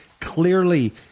Clearly